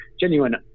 genuine